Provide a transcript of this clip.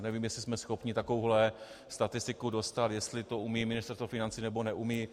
Nevím, jestli jsme schopni takovouhle statistiku dostat, jestli to umí Ministerstvo financí, nebo neumí.